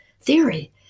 theory